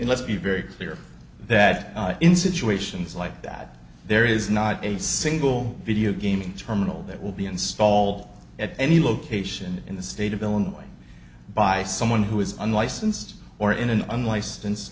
be very clear that in situations like that there is not a single video game terminal that will be installed at any location in the state of illinois by someone who is unlicensed or in an unlicensed